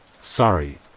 Sorry